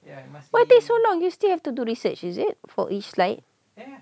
why take so long you still have to do research is it for each slide